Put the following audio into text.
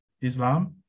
Islam